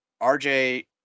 RJ